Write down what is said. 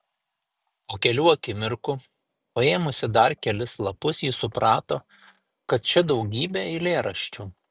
po kelių akimirkų paėmusi dar kelis lapus ji suprato kad čia daugybė eilėraščių